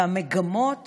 והמגמות